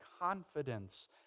confidence